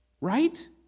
Right